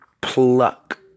pluck